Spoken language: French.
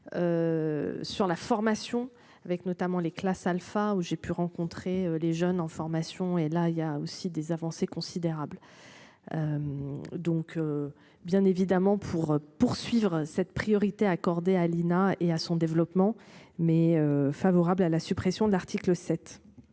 Sur la formation avec notamment les classes Alpha où j'ai pu rencontrer les jeunes en formation et là il y a aussi des avancées considérables. Donc. Bien évidemment, pour poursuivre cette priorité accordée à l'INA et à son développement mais favorable à la suppression de l'article 7.